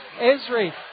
Esri